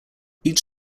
each